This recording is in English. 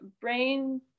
brain